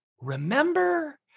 remember